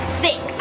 sick